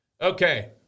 Okay